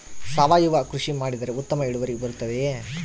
ಸಾವಯುವ ಕೃಷಿ ಮಾಡಿದರೆ ಉತ್ತಮ ಇಳುವರಿ ಬರುತ್ತದೆಯೇ?